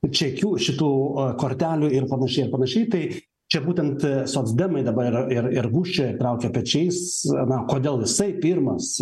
čekių šitų kortelių ir panašiai ir panašiai tai čia būtent socdemai dabar ir ir ir gūžčioja traukia pečiais na kodėl jisai pirmas